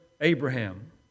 Abraham